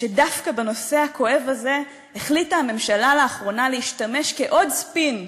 שדווקא בנושא הכואב הזה החליטה הממשלה לאחרונה להשתמש כעוד ספין,